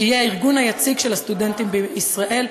שיהיה הארגון היציג של הסטודנטים בישראל,